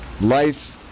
life